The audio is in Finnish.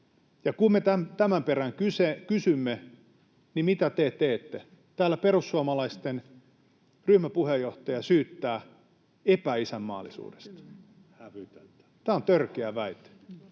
Ja kun me tämän perään kysymme, niin mitä te teette? Täällä perussuomalaisten ryhmäpuheenjohtaja syyttää epäisänmaallisuudesta. [Mika Kari: